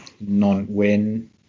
non-win